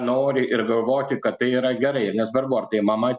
nori ir galvoti kad tai yra gerai ir nesvarbu ar tai mama